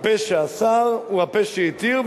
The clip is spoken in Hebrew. הפה שאסר הוא הפה שהתיר,